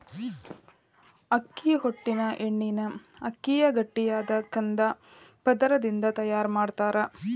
ಅಕ್ಕಿ ಹೊಟ್ಟಿನ ಎಣ್ಣಿನ ಅಕ್ಕಿಯ ಗಟ್ಟಿಯಾದ ಕಂದ ಪದರದಿಂದ ತಯಾರ್ ಮಾಡ್ತಾರ